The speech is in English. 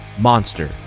monster